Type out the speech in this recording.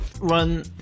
run